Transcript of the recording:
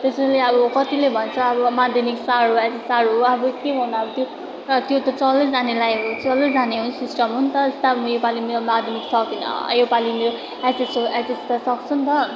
त्यसैले अब कतिले भन्छ अब माध्यमिक साह्रो एचएस साह्रो हो अब के गर्नु अब त्यो त्यो त चल्दै जाने लाइन हो चल्दै जाने सिस्टम हो नि त जस्तै अब योपालि मेरो माध्यमिक सकिन योपालि मेरो एचएस हो एचएस त सक्छु नि त